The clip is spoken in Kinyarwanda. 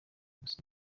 gusinya